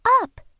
up